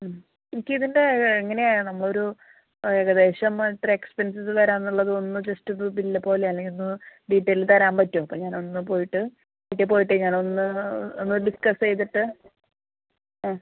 മ് എനിക്ക് ഇതിൻ്റെ എങ്ങനെയാണ് നമ്മൾ ഒരു ഏകദേശം എത്ര എക്സ്പെൻസസ്സ് വരാമെന്ന് ഉള്ളതെന്ന് ജസ്റ്റ് ഒരു ബില്ല് പോലെയോ അല്ലെങ്കിൽ ഒന്ന് ഡീറ്റെയിൽ തരാൻ പറ്റുമോ അപ്പം ഞാൻ ഒന്ന് പോയിട്ട് വീട്ടിൽ പോയിട്ട് ഞാൻ ഒന്ന് ഒന്ന് ഡിസ്കസ് ചെയ്തിട്ട് എഹ്